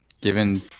given